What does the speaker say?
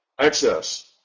access